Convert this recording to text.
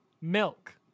Milk